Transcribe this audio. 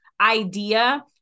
idea